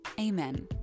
amen